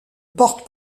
porte